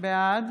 בעד